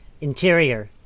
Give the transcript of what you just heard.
Interior